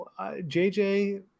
JJ